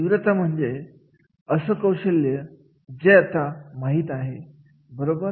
तीव्रता म्हणजे असं कौशल्य जे आता माहित आहे बरोबर